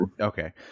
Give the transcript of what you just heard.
Okay